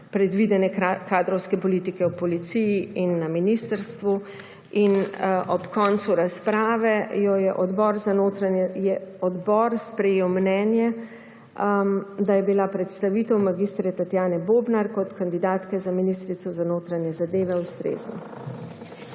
predvidene kadrovske politike v policiji in na ministrstvu. Ob koncu razprave je odbor sprejel mnenje, da je bila predstavitev mag. Tatjane Bobnar kot kandidatke za ministrico za notranje zadeve ustrezna.